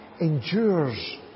endures